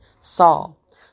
Saul